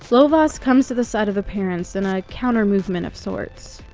lovaas comes to the side of the parents in a counter movement of sorts.